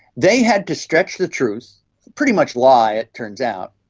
they had to stretch the truth, pretty much lie, it turns out,